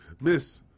Miss